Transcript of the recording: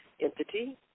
entity